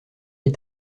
est